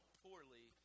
poorly